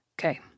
Okay